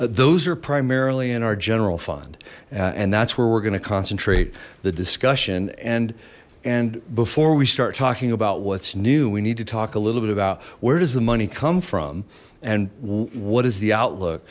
those are primarily in our general fund and that's where we're going to concentrate the discussion and and before we start talking about what's new we need to talk a little bit about where does the money come from and what is the